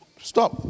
Stop